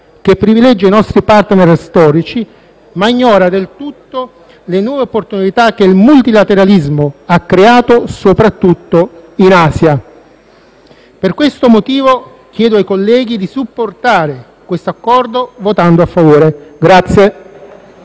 che privilegia i nostri *partner* storici, ma ignora del tutto le nuove opportunità che il multilateralismo ha creato, soprattutto in Asia. Per questi motivi chiedo ai colleghi di supportare questo Accordo votando a favore.